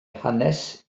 hanes